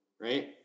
right